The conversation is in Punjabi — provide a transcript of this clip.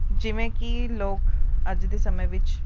ਜਿਵੇਂ ਕਿ ਲੋਕ ਅੱਜ ਦੇ ਸਮੇਂ ਵਿੱਚ